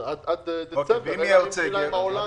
זה עד דצמבר אלא אם אולי העולם דוחה את זה.